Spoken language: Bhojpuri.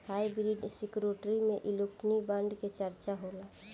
हाइब्रिड सिक्योरिटी में इक्विटी बांड के चर्चा होला